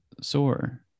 sore